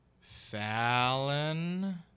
Fallon